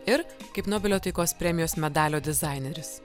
ir kaip nobelio taikos premijos medalio dizaineris